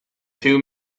too